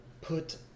put